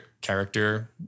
character